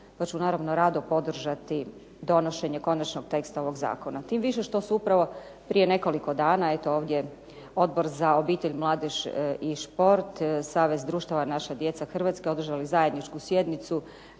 Ja ću naravno rado podržati donošenje končanog teksta ovog zakona, tim više što su upravo prije nekoliko dana ovdje Odbor za obitelj, mladež i šport, Savez društava "Naša djeca Hrvatske" održali zajedničku sjednicu